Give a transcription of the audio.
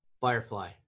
Firefly